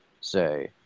say